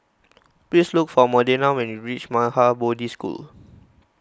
please look for Modena when you reach Maha Bodhi School